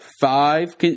five